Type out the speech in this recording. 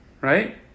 right